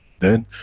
then,